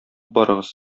барыгыз